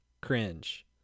Cringe